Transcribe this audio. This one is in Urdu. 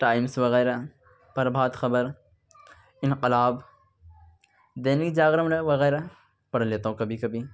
ٹائمس وغیرہ پربھات خبر انقلاب دینک جاگرن وغیرہ پڑھ لیتا ہوں کبھی کبھی